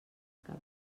cap